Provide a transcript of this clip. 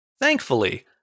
Thankfully